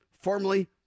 formally